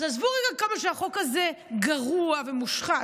אז עזבו רגע כמה שהחוק הזה גרוע ומושחת,